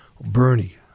Bernie